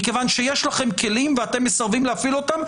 מכיוון שיש לכם כלים ואתם מסרבים להפעיל אותם,